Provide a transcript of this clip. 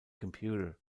computer